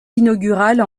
inaugurale